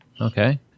Okay